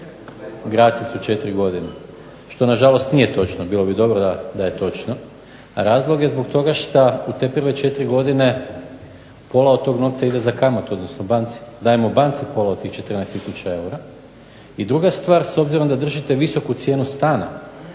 gratis u 4 godine što na žalost nije točno, bilo bi dobro da je točno. Razlog je zbog toga šta u te prve četiri godine pola od tog novca ide za kamatu, odnosno banci. Dajemo banci pola od tih 14000 eura. I druga stvar, s obzirom da držite visoku cijenu stana